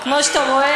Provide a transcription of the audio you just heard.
לא,